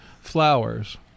flowers